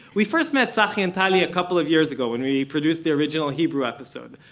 we first met tzachi and tali a couple of years ago, when we produced the original hebrew episode.